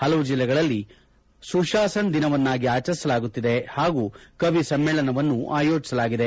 ಹಲವು ಜಿಲ್ಲೆಗಳಲ್ಲಿ ಸುಶಾಸನ್ ದಿನವನ್ನಾಗಿ ಆಚರಿಸಲಾಗುತ್ತಿದೆ ಹಾಗೂ ಕವಿ ಸಮ್ಮೇಳನವನ್ನು ಆಯೋಜಿಸಲಾಗಿದೆ